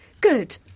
Good